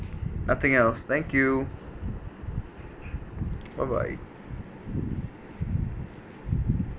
nothing else thank you bye bye